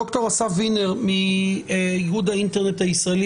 דוקטור אסף וינר מאיגוד האינטרנט הישראלי